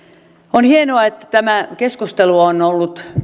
on hienoa että tämä keskustelu on ollut